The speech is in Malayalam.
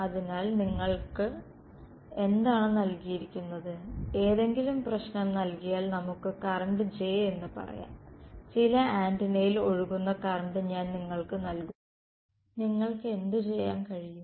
അതിനാൽ നിങ്ങൾക്ക് എന്താണ് നൽകിയിരിക്കുന്നത് എന്തെങ്കിലും പ്രശ്നം നൽകിയാൽ നമുക്ക് കറന്റ് J എന്ന് പറയാം ചില ആന്റിനയിൽ ഒഴുകുന്ന കറന്റ് ഞാൻ നിങ്ങൾക്ക് നൽകുന്നു നിങ്ങൾക്ക് എന്ത് ചെയ്യാൻ കഴിയും